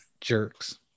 jerks